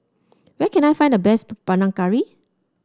where can I find the best Panang Curry